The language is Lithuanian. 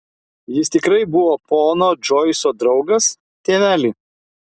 jis tikrai buvo pono džoiso draugas tėveli